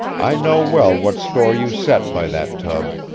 i know well what store you set by that tub.